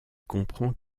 comprend